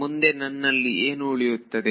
ಮುಂದೆ ನನ್ನಲ್ಲಿ ಏನು ಉಳಿಯುತ್ತದೆ